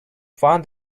fun